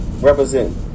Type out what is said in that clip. Represent